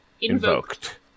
Invoked